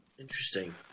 Interesting